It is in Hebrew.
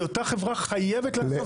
אותה חברה חייבת לאסוף.